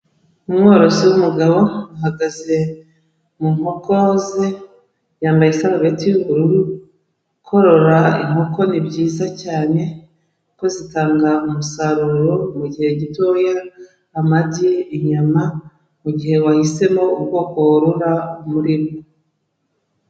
Umworozi w'umugabo ahagaze mu nkoko ze, yambaye isarubeti y'ubururu, korora inkoko ni byiza cyane ko zitanga umusaruro mu gihe gito amagi, inyama mu gihe wahisemo ubwoko worora muri nzo.